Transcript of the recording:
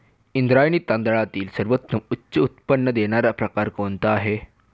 इंद्रायणी तांदळातील सर्वोत्तम उच्च उत्पन्न देणारा प्रकार कोणता आहे?